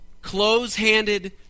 Close-handed